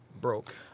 broke